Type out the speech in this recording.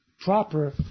proper